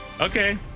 Okay